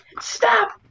Stop